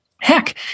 heck